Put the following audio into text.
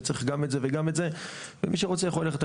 וצריך גם את זה וגם את זה ומי שרוצה יכול ללכת.